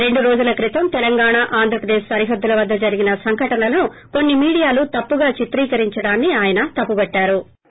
రెండు రోజుల క్రితం తెలంగాణ ఆంధ్రప్రదేశ్ సరిహద్దుల వద్ద జరిగిన సంఘటనలను కొన్ని మీడియాలు తప్పుగా చిత్రీకరించడాన్ని ఆయన తప్పుబట్టారు